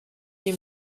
you